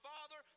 Father